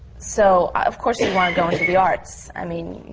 so, of course, you want to go into the arts i mean,